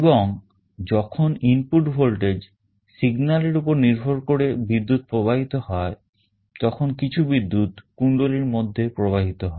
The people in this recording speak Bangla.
এবং যখন ইনপুট ভোল্টেজ সিগনালের উপর নির্ভর করে বিদ্যুৎ প্রবাহিত হয় তখন কিছু বিদ্যুৎ কুন্ডলীর মধ্যে প্রবাহিত হয়